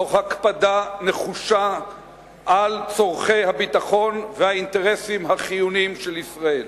תוך הקפדה נחושה על צורכי הביטחון והאינטרסים החיוניים של ישראל.